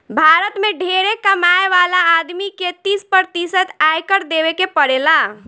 भारत में ढेरे कमाए वाला आदमी के तीस प्रतिशत आयकर देवे के पड़ेला